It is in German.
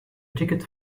tickets